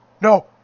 No